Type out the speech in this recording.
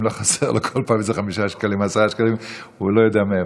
אם לא חסר לו כל פעם חמישה שקלים או עשרה שקלים והוא לא יודע מאיפה.